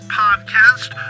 podcast